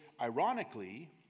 ironically